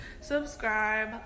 subscribe